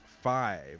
five